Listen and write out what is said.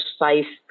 precise